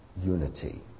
Unity